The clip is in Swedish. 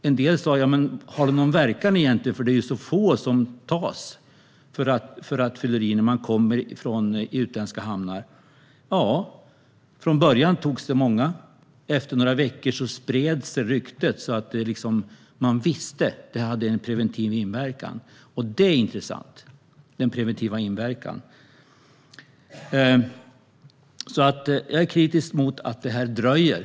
En del undrar om de har någon verkan - det är ju så få som tas för rattfylleri när de kommer från utländska hamnar. Ja, det har de. I början togs många. Efter några veckor spreds ryktet så att man liksom visste. Det hade en preventiv inverkan, och den är intressant. Jag är alltså kritisk mot att detta dröjer.